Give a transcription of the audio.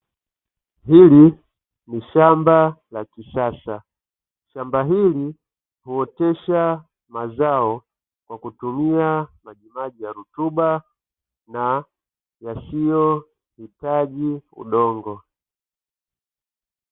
Hili ni shamba la kisasa. Shamba hili huotesha mazao kwa kutumia majimaji ya rutuba na yasiyohitaji udongo.